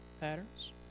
Patterns